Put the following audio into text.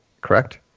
Correct